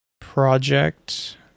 project